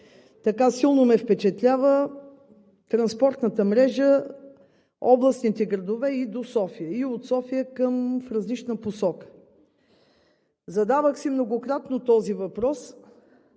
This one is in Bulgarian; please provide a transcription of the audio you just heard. би силно ме впечатлява транспортната мрежа, областните градове и до София, и от София в различна посока. Задавах си многократно този въпрос: